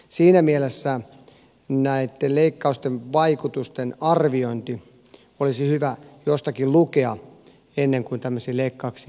siinä mielessä näitten leikkausten vaikutusten arviointi olisi hyvä jostakin lukea ennen kuin tämmöisiin leikkauksiin ryhdytään